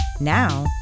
Now